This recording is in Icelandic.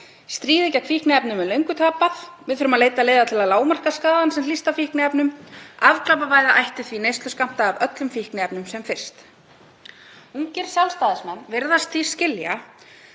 „Stríðið gegn fíkniefnum er löngu tapað. Við þurfum að leita leiða til að lágmarka skaðann sem hlýst af fíkniefnum. Afglæpavæða ætti því neysluskammta af öllum fíkniefnum sem fyrst.“ Ungir Sjálfstæðismenn virðast því skilja